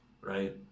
Right